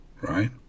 right